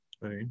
Right